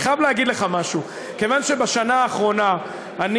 אני חייב להגיד לך משהו: כיוון שבשנה האחרונה אני,